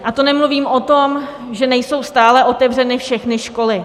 A to nemluvím o tom, že nejsou stále otevřeny všechny školy.